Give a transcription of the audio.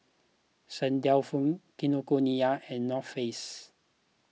St Dalfour Kinokuniya and North Face